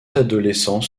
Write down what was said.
adolescents